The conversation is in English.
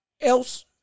else